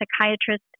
psychiatrist